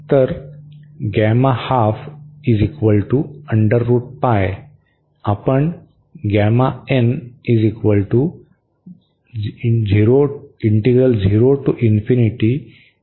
तर आपण च्या परिभाषेतून पाहू शकतो